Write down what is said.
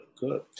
good